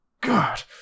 God